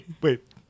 Wait